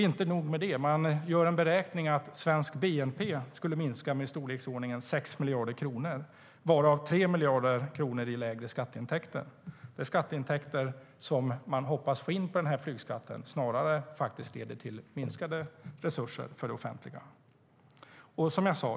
Svenskt Flyg gör också en beräkning att Sveriges bnp skulle minska med i storleksordningen 6 miljarder kronor, varav 3 miljarder kronor i lägre skatteintäkter. De skatteintäkter som man hoppas få in på flygskatten leder snarare till minskade resurser för det offentliga.